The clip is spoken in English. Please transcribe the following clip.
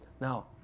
Now